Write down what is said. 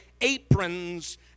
aprons